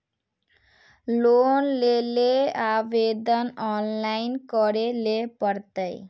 Loan लेले आवेदन online करे ले पड़ते?